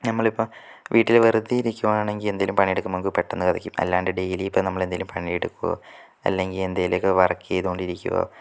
നമ്മളിപ്പം വീട്ടില് വെറുതെ ഇരിക്കുവാണെങ്കിൽ എന്തേലും പണി എടുക്കുമ്പം നമുക്ക് പെട്ടെന്ന് കിതയ്ക്കും അല്ലെങ്കിൽ ഡെയ്ലി നമ്മളിപ്പം എന്തേലും പണി എടുക്കുവോ അല്ലെങ്കിൽ എന്തേലുവക്കെ വർക്ക് ചെയ്തോണ്ടിരിക്കുവോ